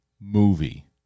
movie